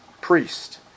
priest